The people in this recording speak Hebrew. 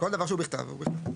כל דבר שהוא בכתב הוא בכתב.